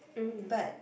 but